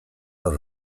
bat